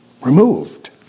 Removed